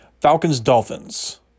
Falcons-Dolphins